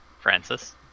Francis